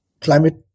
climate